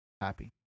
happy